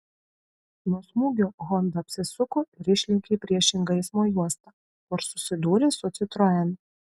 nuo smūgio honda apsisuko ir išlėkė į priešingą eismo juostą kur susidūrė su citroen